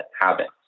habits